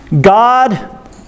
God